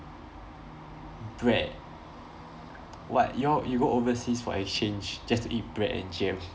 bread what you all you go overseas for exchange just to eat bread and jam